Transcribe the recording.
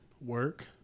work